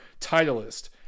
titleist